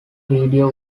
video